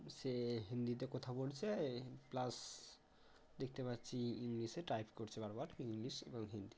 সে হিন্দিতে কোথা বলছে প্লাস দেখতে পাচ্ছি ই ইংলিশে টাইপ করছে বারবার ইংলিশ এবং হিন্দি